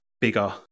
bigger